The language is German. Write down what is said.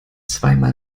zweimal